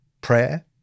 Prayer